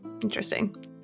Interesting